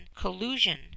collusion